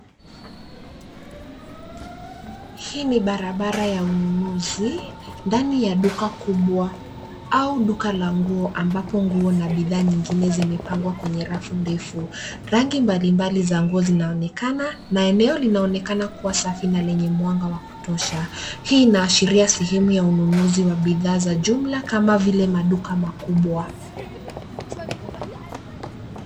Hii ni barabara ya ununuzi, ndani ya duka kubwa au duka la nguo ambapo nguo na bidhaa nyingine zimepangwa kwenye rafu ndefu. Rangi mbalimbali za nguo zinaonekana na eneo linaonekana kuwa safi na lenye mwanga wa kutosha. Hii inaashiria sehemu ya ununuzi wa bidhaa za jumla kama vile maduka makubwa.